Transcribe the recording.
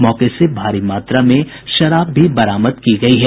मौके से भारी मात्रा में शराब भी बरामद की गयी है